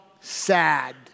sad